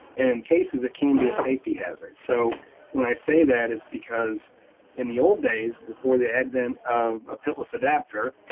and in cases, it can be a safety hazard. so when i say that, it's because in the old days before the advent of a pitless adapter,